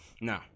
No